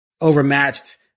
overmatched